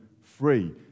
free